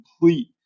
complete